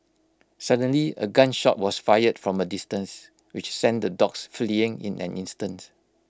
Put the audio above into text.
suddenly A gun shot was fired from A distance which sent the dogs fleeing in an instant